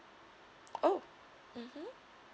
oh mmhmm